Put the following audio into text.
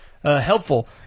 helpful